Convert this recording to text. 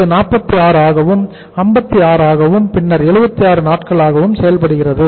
இது 46 ஆகவும் 56 ஆகவும் பின்னர் 76 நாட்களாகவும் செயல்படுகிறது